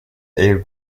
air